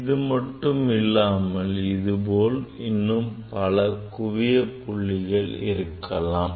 இது மட்டும் இல்லாமல் இது போல் இன்னும் பல குவிய புள்ளிகள் இருக்கலாம்